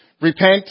Repent